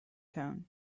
tone